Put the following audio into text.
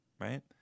right